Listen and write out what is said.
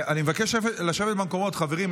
אני מבקש לשבת במקומות, חברים.